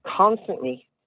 constantly